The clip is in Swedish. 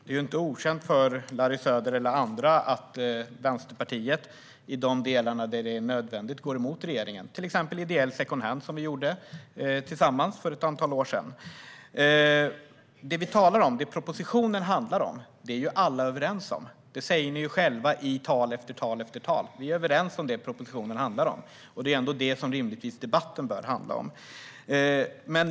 Fru talman! Det är ju inte okänt för Larry Söder eller andra att Vänsterpartiet i de delar där det är nödvändigt går emot regeringen, till exempel som vi tillsammans gjorde i frågan om ideell secondhand för ett antal år sedan. Det vi talar om - det propositionen handlar om - är alla överens om. Ni säger själva i tal efter tal att vi är överens om det som propositionen handlar om, och det är detta som debatten rimligtvis bör handla om.